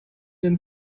dem